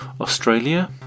Australia